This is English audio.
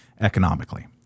economically